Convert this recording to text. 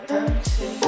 empty